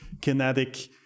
kinetic